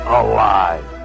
alive